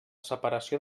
separació